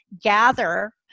gather